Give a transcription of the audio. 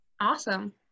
Awesome